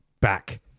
Back